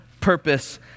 purpose